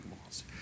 malls